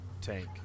Tank